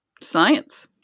Science